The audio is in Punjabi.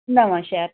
ਨਵਾਂਸ਼ਹਿਰ